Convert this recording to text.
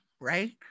Right